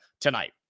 tonight